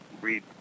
read